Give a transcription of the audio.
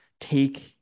take